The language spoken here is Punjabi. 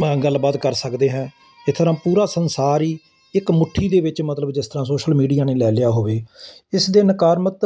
ਤਾਂ ਗੱਲਬਾਤ ਕਰ ਸਕਦੇ ਹਾਂ ਇੱਥੋਂ ਨਾ ਪੂਰਾ ਸੰਸਾਰ ਹੀ ਇੱਕ ਮੁੱਠੀ ਦੇ ਵਿੱਚ ਮਤਲਬ ਜਿਸ ਤਰ੍ਹਾਂ ਸੋਸ਼ਲ ਮੀਡੀਆ ਨੇ ਲੈ ਲਿਆ ਹੋਵੇ ਇਸ ਦੇ ਨਕਾਰਮਤ